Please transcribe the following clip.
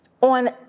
on